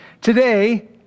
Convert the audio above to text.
today